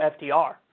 FDR